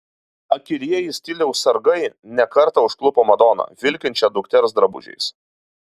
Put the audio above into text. akylieji stiliaus sargai ne kartą užklupo madoną vilkinčią dukters drabužiais